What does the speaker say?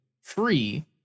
free